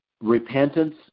repentance